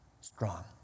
strong